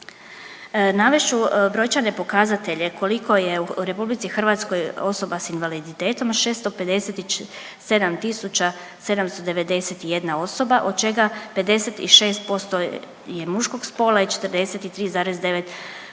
Navest ću brojčane pokazatelje koliko je u RH osoba s invaliditetom 657.791 osoba od čega 56% je muškog spola i 43,9%